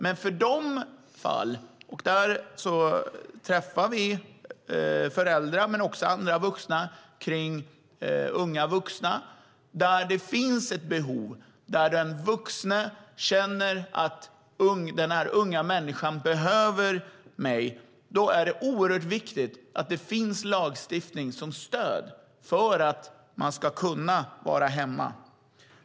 Men i de fall - och vi träffar dessa föräldrar men också andra vuxna kring unga vuxna - där det finns ett behov och där den vuxne känner att den unga människan behöver honom eller henne är det oerhört viktigt att det finns lagstiftning som stöd för att man ska kunna vara hemma.